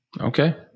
okay